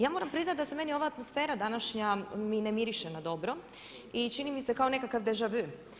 Ja moram priznati da se meni ova atmosfera današnja mi ne miriše na dobro i čini mi se kao nekakav deja vu.